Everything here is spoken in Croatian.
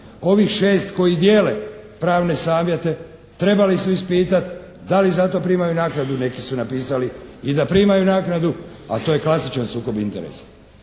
Ovih šest koji dijele pravne savjete trebali su ispitati da li za to primaju naknadu, neki su napisali i da primaju naknadu, a to je klasičan sukob interesa.